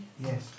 Yes